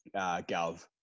Gov